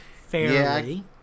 Fairly